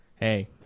Hey